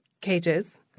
cages